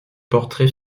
portrait